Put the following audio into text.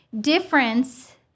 difference